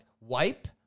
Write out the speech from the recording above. Wipe